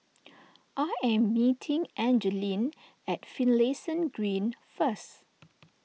I am meeting Angeline at Finlayson Green first